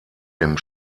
dem